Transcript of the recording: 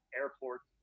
airport